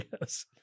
Yes